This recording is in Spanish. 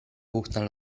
gustan